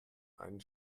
einen